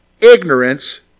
ignorance